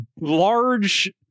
large